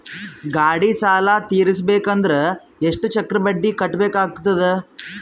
ಗಾಡಿ ಸಾಲ ತಿರಸಬೇಕಂದರ ಎಷ್ಟ ಚಕ್ರ ಬಡ್ಡಿ ಕಟ್ಟಬೇಕಾಗತದ?